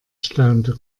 staunte